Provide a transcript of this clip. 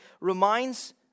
reminds